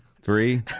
Three